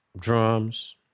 drums